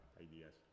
ideas